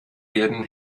werden